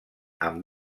amb